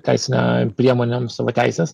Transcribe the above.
teisine priemonėm savo teises